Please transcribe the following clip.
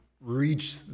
reach